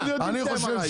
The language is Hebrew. איך אני יכול לווסת?